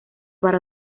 para